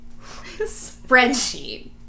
spreadsheet